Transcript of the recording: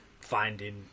finding